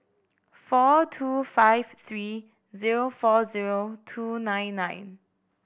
four two five three zero four zero two nine nine